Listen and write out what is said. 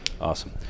Awesome